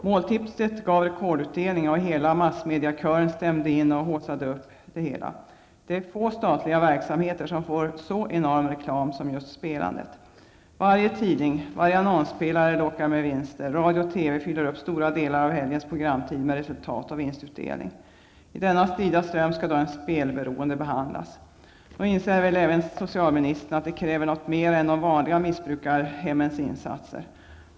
Måltipset gav rekordutdelning, och hela massmediakören stämde in och haussade upp det hela. Det är få statliga verksamheter som får så enorm reklam som just spelandet. Varje tidning, varje annonspelare lockar med vinster, radio och TV fyller upp stora delar av helgens programtid med resultat och vinstutdelning. I denna strida ström skall då en spelberoende behandlas. Nog inser väl även socialministern att det kräver något mer än de vanliga ''missbrukarhemmens'' insatser?